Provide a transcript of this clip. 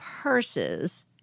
purses